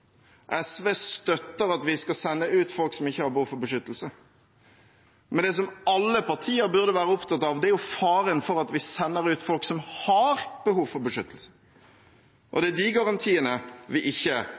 SV støtter at vi skal sende ut folk som ikke har behov for beskyttelse. Men det alle partier burde være opptatt av, er faren for at vi sender ut folk som har behov for beskyttelse. Det er de garantiene vi ikke